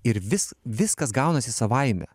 ir vis viskas gaunasi savaime